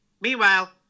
Meanwhile